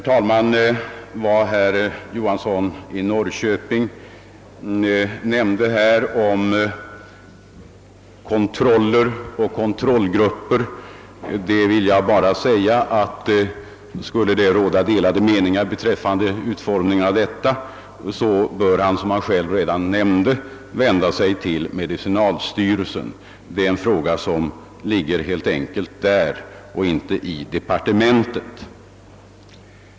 Till vad herr Johansson i Norrköping nämnde om kontroller och kontrollgrupper vill jag endast säga att om det skulle råda oklarhet beträffande denna sak bör han vända sig till medicinalstyrelsen.